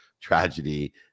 tragedy